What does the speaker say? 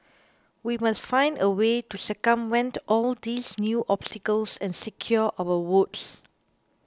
we must find a way to circumvent all these new obstacles and secure our votes